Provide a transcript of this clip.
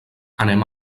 anem